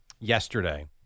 yesterday